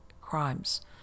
crimes